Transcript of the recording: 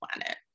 planet